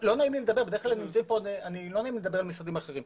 לא נעים לי לדבר על משרדים אחרים,